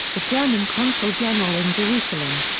the german consul-general in jerusalem.